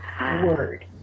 word